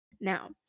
now